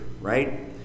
Right